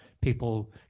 people